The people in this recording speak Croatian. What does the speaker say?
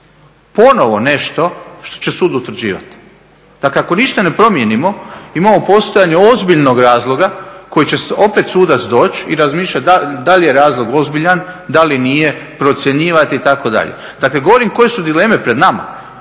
Ponovo nešto što će sud utvrđivati. Dakle, ako ništa ne promijenimo imamo postojanje ozbiljnog razloga koji će opet sudac doći i razmišljati da li je razlog ozbiljan, da li nije, procjenjivati itd. Dakle, govorim koje su dileme pred nama.